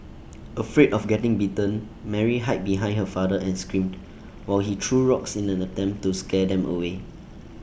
afraid of getting bitten Mary hid behind her father and screamed while he threw rocks in an attempt to scare them away